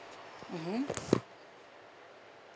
mmhmm